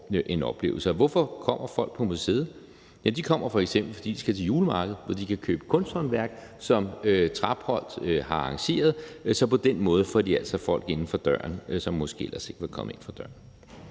en oplevelse. Og hvorfor kommer folk på museet? Ja, de kommer f.eks., fordi de kan købe kunsthåndværk på det julemarked, som Trapholt har arrangeret. Så på den måde får de altså folk inden for døren, som måske ellers ikke var kommet inden for døren.